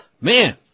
Man